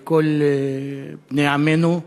לכל בני עמנו.